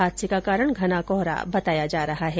हादसे का कारण घना कोहरा बताया जा रहा है